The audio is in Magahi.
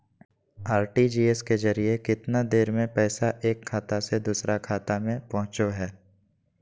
आर.टी.जी.एस के जरिए कितना देर में पैसा एक खाता से दुसर खाता में पहुचो है?